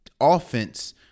offense